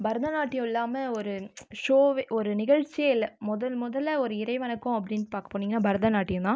பரதநாட்டியம் இல்லாமல் ஒரு ஷோவே ஒரு நிகழ்ச்சியே இல்லை முதல் முதல்ல ஒரு இறை வணக்கம் அப்படின்னு பார்க்க போனீங்கனால் பரத நாட்டியம் தான்